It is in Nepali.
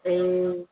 ए